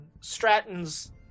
Stratton's